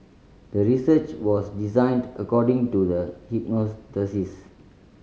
the research was designed according to the